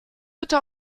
bitte